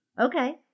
Okay